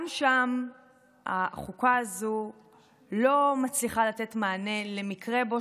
גם שם החוקה הזו לא מצליחה לתת מענה למקרה שבו